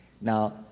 Now